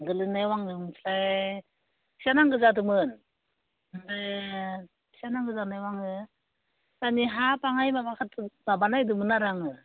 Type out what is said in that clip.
गोलैनायाव आङो ओमफ्राय फैसा नांगौ जादोंमोन ओमफ्राय फैसा नांगौ जानायाव आङो बिफानि हा बाङाय माबा नागिरदोंमोन आरो आङो